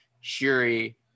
shuri